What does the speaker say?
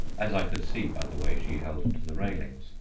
as i could see by the way she held to the railings.